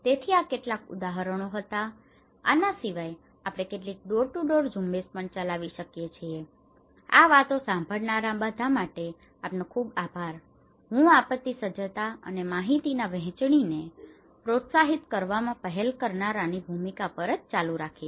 તેથી આ કેટલાક ઉદાહરણો હતા આના સિવાય આપણે કેટલીક ડોર ટુ ડોર ઝુંબેશ પણ ચલાવી શકીએ છીએ આ વાતો સાંભળનારા બધા માટે આપનો ખૂબ ખૂબ આભાર હું આપત્તિ સજ્જતા અને માહિતીના વહેંચણીને પ્રોત્સાહિત કરવામાં પહેલ કરનારાઓની ભૂમિકા પર આ જ ચાલુ રાખીશ